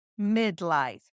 midlife